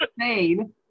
insane